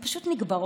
הן פשוט נקברות.